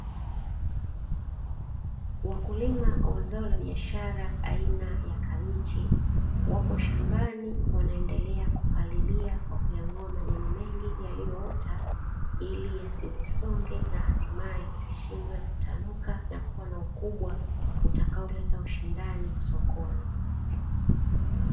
Wakulima wa zao la biashara aina ya kabichi wapo shambani, wanaendelea kupalilia kwa kuyang’oa majani mengi yaliyoota ili yasizisonge na hatimaye zishindwe kutanuka na kuwa na ukubwa utakaoleta ushindani sokoni.